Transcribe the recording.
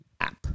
app